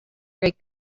great